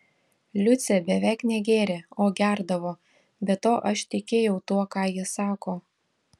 liucė beveik negėrė o gerdavo be to aš tikėjau tuo ką ji sako